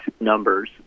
numbers